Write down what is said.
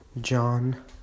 John